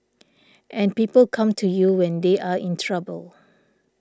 and people come to you when they are in trouble